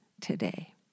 today